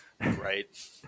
Right